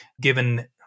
given